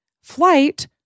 flight